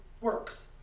works